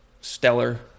stellar